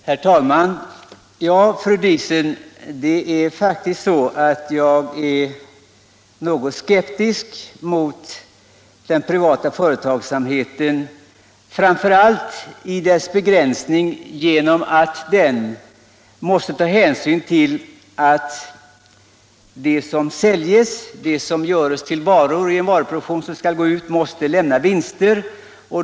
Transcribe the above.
Herr talman! Ja, fru Diesen, jag är faktiskt något skeptisk mot den privata företagsamheten, framför allt då dess begränsning genom att den måste ta hänsyn till att det som säljs och tillverkas i varuproduktionen måste lämna vinst.